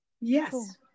Yes